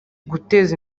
guteza